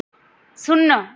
শূন্য